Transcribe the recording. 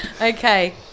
Okay